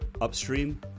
Upstream